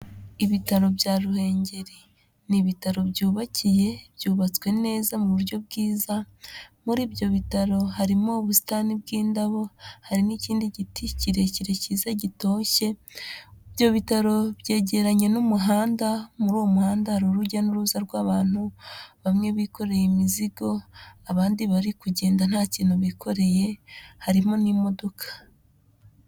Ibitaro bya Ruhengeri ni ibitaro byubakiye byubatswe neza mu buryo bwiza, muri ibyo bitaro harimo ubusitani bw'indabo, hari n'ikindi giti kirekire cyiza gitoshye, ibyo bitaro byegeranye n'umuhanda muri uwo muhanda hari urujya n'uruza rw'abantu bamwe bikoreye imizigo, abandi bari kugenda nta kintu bikoreye, harimo n'imodoka.